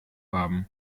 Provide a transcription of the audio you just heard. haben